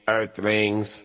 Earthlings